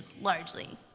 largely